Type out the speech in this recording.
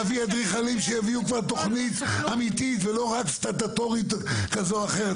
להביא אדריכלים שיביאו תוכנית אמיתית ולא רק סטטוטורית כזאת או אחרת.